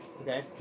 Okay